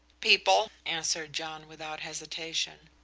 people, answered john without hesitation.